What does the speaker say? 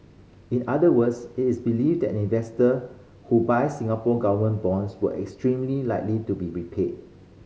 in other words it is believe that investor who buys Singapore Government bonds will extremely likely be repaid